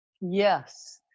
Yes